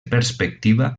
perspectiva